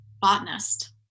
botanist